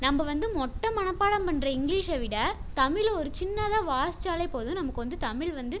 நம்ம வந்து மொட்டை மனப்பாடம் பண்ணுற இங்கிலீஷை விட தமிழில் ஒரு சின்னதாக வாசிச்சாலே போதும் நமக்கு வந்து தமிழ் வந்து